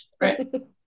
right